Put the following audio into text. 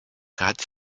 gratte